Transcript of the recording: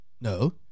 No